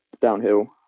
downhill